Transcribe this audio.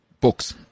books